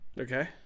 Okay